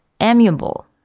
amiable